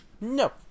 No